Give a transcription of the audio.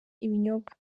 ibinyobwa